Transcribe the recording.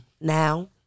Now